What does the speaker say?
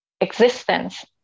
existence